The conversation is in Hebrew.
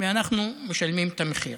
ואנחנו משלמים את המחיר.